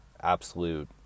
absolute